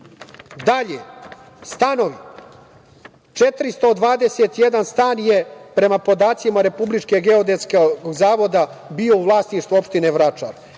evra. Dalje, stanovi, 421 stan je prema podacima Republičke geodetskog zavoda bio u vlasništvu opštine Vračar.